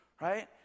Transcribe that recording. right